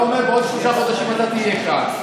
אתה אומר שבעוד שלושה חודשים אתה תהיה כאן,